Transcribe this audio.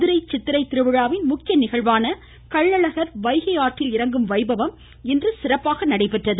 மதுரை சித்திரைத் திருவிழாவின் முக்கிய நிகழ்வான கள்ளழகர் வைகை ஆற்றில் இநங்கும் வைபவம் இன்று விமரிசையாக நடைபெற்றது